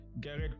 Garrett